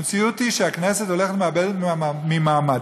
המציאות היא שהכנסת הולכת ומאבדת ממעמדה,